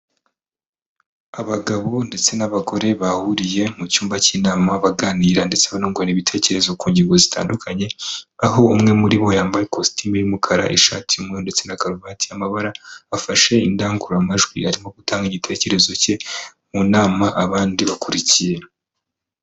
Abagabo ndetse n'abagore bahuriye mu cyumba cy'inama, baganira ndetse banungurana ibitekerezo ku ngingo zitandukanye, aho umwe muri bo yambaye ikositimu y'umukara ishatimu y'umweru ndetse na karuvati y'amabara, afashe indangururamajwi arimo gutanga igitekerezo cye mu nama abandi bakurikiye.